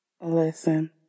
Listen